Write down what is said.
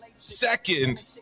Second